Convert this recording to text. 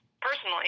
personally